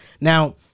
Now